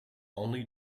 only